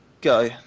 Go